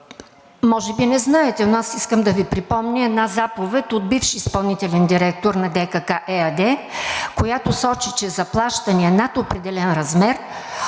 Може би не знаете, но аз искам да Ви припомня една заповед от бившия изпълнител директор на ДКК ЕАД, която сочи, че плащания над определен размер